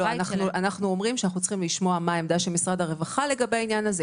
אנחנו אומרים שאנחנו צריכים לשמוע את עמדת משרד הרווחה לגבי העניין הזה.